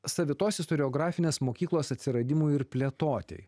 savitos istoriografinės mokyklos atsiradimui ir plėtoti